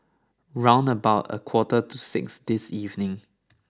round about a quarter to six this evening